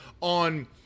on